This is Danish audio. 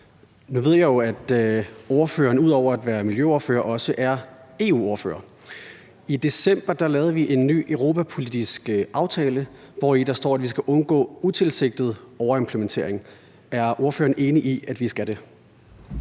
Nu ved jeg jo, at ordføreren ud over at være miljøordfører også er EU-ordfører, og i december lavede vi en ny europapolitisk aftale, hvori der står, at vi skal undgå utilsigtet overimplementering. Er ordføreren enig i, at vi skal det?